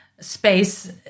space